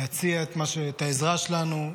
להציע את העזרה שלנו.